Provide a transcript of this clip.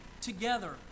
together